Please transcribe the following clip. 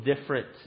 different